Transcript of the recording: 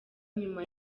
nyuma